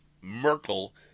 Merkel